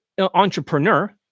entrepreneur